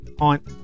On